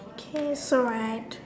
okay so right